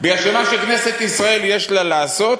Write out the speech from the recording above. כי מה כנסת ישראל, יש לה לעשות,